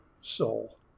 soul